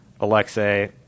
Alexei